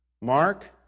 Mark